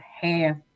half